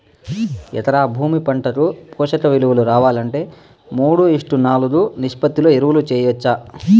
ఎకరా భూమి పంటకు పోషక విలువలు రావాలంటే మూడు ఈష్ట్ నాలుగు నిష్పత్తిలో ఎరువులు వేయచ్చా?